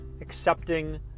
accepting